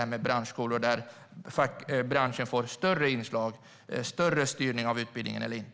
Är ni för branschskolor där branschen får ett större inslag och en större styrning av utbildningen eller inte?